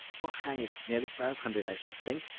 oh, hang it, nearly five hundred, i should think.